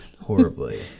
Horribly